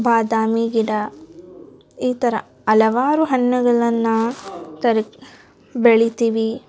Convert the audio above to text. ಬಾದಾಮಿ ಗಿಡ ಈ ಥರ ಹಲವಾರು ಹಣ್ಣುಗಳನ್ನ ತೊರಿ ಬೆಳಿತೀವಿ